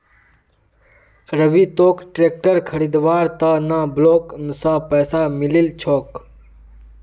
रवि तोक ट्रैक्टर खरीदवार त न ब्लॉक स पैसा मिलील छोक